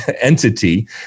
entity